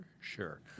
sure